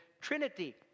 Trinity